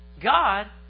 God